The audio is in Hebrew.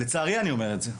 אני אומר את זה לצערי.